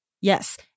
Yes